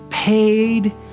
Paid